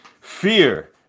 fear